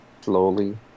slowly